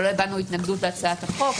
ולא הבענו התנגדות להצעת החוק.